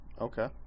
okay